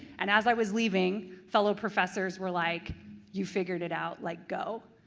and as i was leaving fellow professors were like you figured it out, like go.